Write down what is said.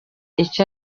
iki